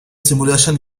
simulation